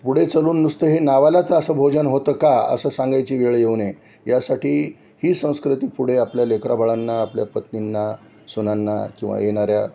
पुढे चालून नुसतं हे नावालाचं असं भोजन होतं का असं सांगायची वेळ येऊ नये यासाठी ही संस्कृती पुढे आपल्या लेकराबाळांना आपल्या पत्नींना सुनांना किंवा येणाऱ्या